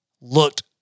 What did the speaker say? looked